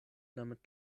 damit